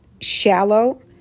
shallow